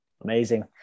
Amazing